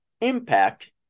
impact